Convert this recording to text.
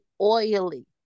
oily